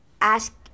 ask